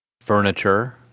furniture